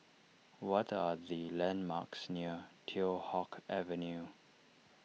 what are the landmarks near Teow Hock Avenue